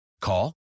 Call